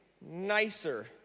nicer